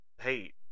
hate